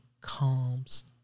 calms